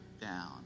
down